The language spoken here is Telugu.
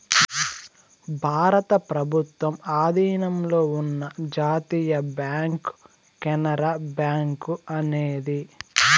భారత ప్రభుత్వం ఆధీనంలో ఉన్న జాతీయ బ్యాంక్ కెనరా బ్యాంకు అనేది